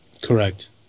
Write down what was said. Correct